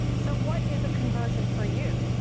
so what is a conversion for you?